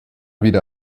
wieder